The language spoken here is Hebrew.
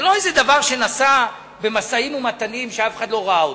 זה לא איזה דבר שנעשה במשאים-ומתנים שאף אחד לא ראה אותם.